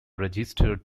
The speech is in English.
registered